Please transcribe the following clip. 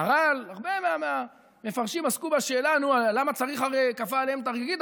המהר"ל והרבה מהמפרשים עסקו בשאלה: למה צריך "כפה עליהם הר כגיגית"?